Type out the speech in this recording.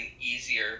easier